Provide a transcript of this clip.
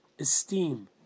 esteem